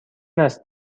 است